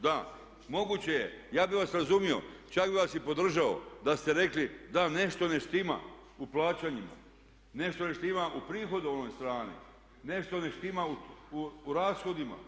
Da, moguće je, ja bih vas razumio čak bih vas i podržao da ste rekli da nešto ne štima u plaćanjima, nešto ne štima u prihodovnoj strani, nešto ne štima u rashodima.